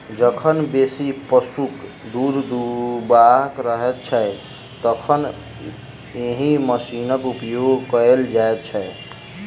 जखन बेसी पशुक दूध दूहबाक रहैत छै, तखन एहि मशीनक उपयोग कयल जाइत छै